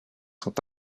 sont